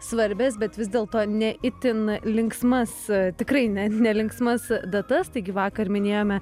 svarbias bet vis dėlto ne itin linksmas tikrai ne nelinksmas datas taigi vakar minėjome